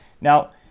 Now